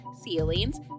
ceilings